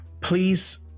please